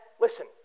Listen